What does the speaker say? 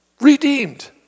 Redeemed